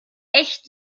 echt